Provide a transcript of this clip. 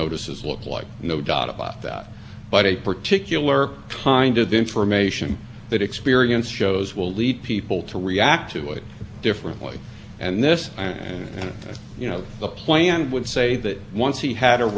differently and this and you know the plan would say that once he had a right it could never be taken away under the very terms of the point you have language that says he had a people hired effect of april